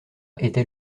était